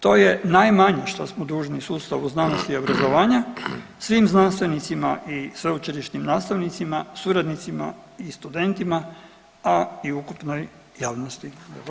To je najmanje što smo dužni sustavu znanosti i obrazovanja, svim znanstvenicima i sveučilišnim nastavnicima, suradnicima i studentima, a i ukupnoj javnosti, zahvaljujem.